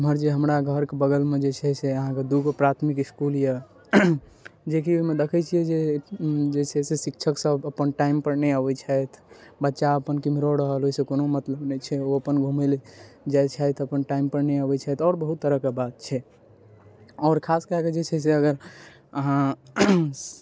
एम्हर जे हमरा घरके बगलमे जे छै से अहाँके दू गो प्राथमिक इसकुल यऽ जेकि ओहिमे देखै छियै जे जे छै से शिक्षक सब अपन टाइम पर नहि अबै छथि बच्चा अपन केम्हरो रहल ओहिसऽ कोनो मतलब नहि छै ओ अपन घुमै लए जाइ छथि अपन टाइम पर नहि अबै छथि आओर बहुत तरहके बात छै आओर खास कए कऽ जे छै से अगर अहाँ